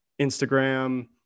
Instagram